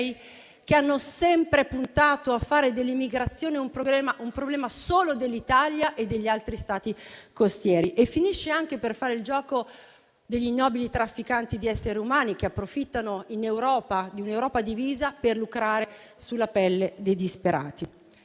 che hanno sempre puntato a fare dell'immigrazione un problema solo dell'Italia e degli altri Stati costieri. E finisce anche per fare il gioco degli ignobili trafficanti di esseri umani, che approfittano di un'Europa divisa per lucrare sulla pelle dei disperati.